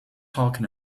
talking